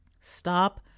stop